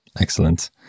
Excellent